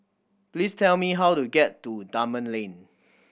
please tell me how to get to Dunman Lane